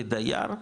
כדייר,